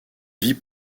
vie